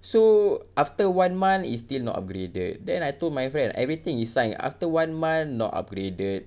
so after one month it's still not upgraded then I told my friend everything is signed after one month not upgraded